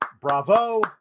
bravo